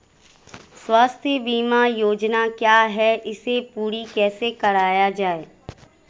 स्वास्थ्य बीमा योजना क्या है इसे पूरी कैसे कराया जाए?